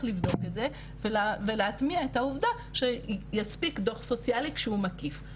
לבדוק את זה ולהטמיע את העובדה שיספיק דוח סוציאלי שהוא מקיף,